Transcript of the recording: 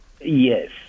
Yes